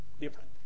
different